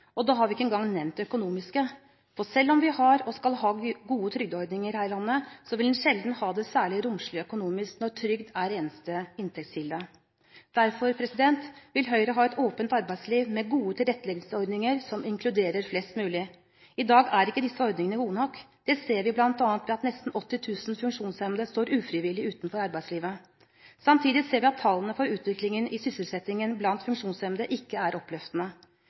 og da har vi ikke engang nevnt det økonomiske. For selv om vi har og skal ha gode trygdeordninger her i landet, vil en sjelden ha det særlig romslig økonomisk når trygd er eneste inntektskilde. Derfor vil Høyre ha et åpent arbeidsliv med gode tilretteleggingsordninger som inkluderer flest mulig. I dag er ikke disse ordningene gode nok. Det ser vi bl.a. ved at nesten 80 000 funksjonshemmede står ufrivillig utenfor arbeidslivet. Samtidig ser vi at tallene for utviklingen i sysselsettingen blant funksjonshemmede ikke er oppløftende.